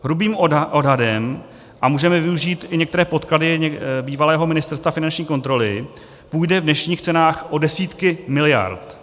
Hrubým odhadem a můžeme využít i některé podklady bývalého ministerstva finanční kontroly půjde v dnešních cenách o desítky miliard.